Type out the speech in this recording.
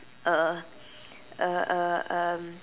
uh uh uh um